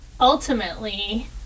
ultimately